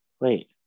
wait